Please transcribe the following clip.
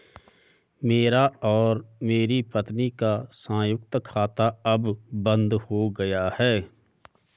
मेरा और मेरी पत्नी का संयुक्त खाता अब बंद हो गया है